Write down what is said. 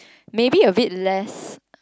maybe a bit less